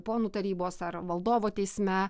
ponų tarybos ar valdovo teisme